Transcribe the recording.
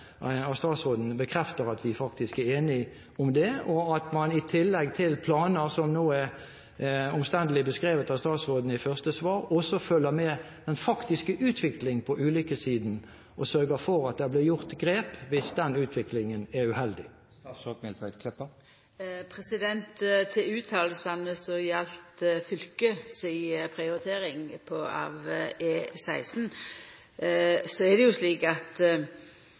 at statsråden bekrefter at vi faktisk er enige om det, og at man i tillegg til planer som nå er omstendelig beskrevet av statsråden i første svar, også følger med den faktiske utvikling på ulykkessiden og sørger for at det blir gjort grep hvis den utviklingen er uheldig. Til utsegnene som gjaldt fylket si prioritering av E16: I samband med dei nasjonale transportplanane kjem fylkeskommunen med sin uttale om kva som er